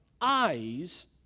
Eyes